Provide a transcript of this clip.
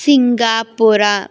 Singapore